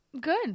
Good